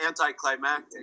anticlimactic